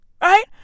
right